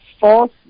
false